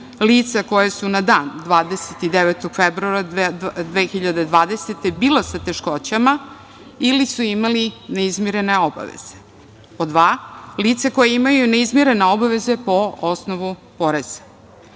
lica koja su na dan 29. februara 2020. godine bila sa teškoćama ili su imali neizmirene obaveze. Pod dva, lica koja imaju neizmirene obaveze po osnovu poreza,